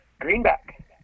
Greenback